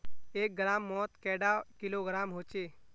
एक ग्राम मौत कैडा किलोग्राम होचे?